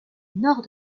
nord